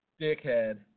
dickhead